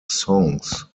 songs